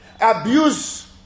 abuse